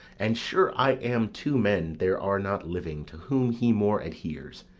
and sure i am two men there are not living to whom he more adheres.